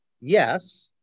Yes